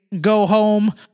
go-home